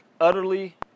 utterly